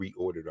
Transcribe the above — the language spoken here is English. reordered